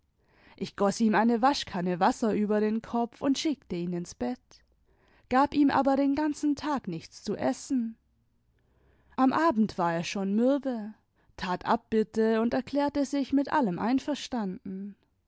ich goß ihm eine waschkanne wasser über den kopf und schickte ihn ins bett gab ihm aber den ganzen tag nichts zu essen am abend war er schon mürbe tat abbitte und erklärte sich mit allem einverstanden